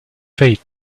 faith